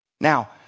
Now